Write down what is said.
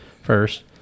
first